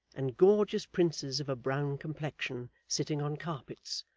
and gorgeous princes of a brown complexion sitting on carpets,